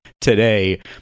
today